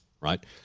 right